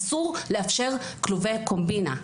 אסור לאפשר כלובי קומבינה.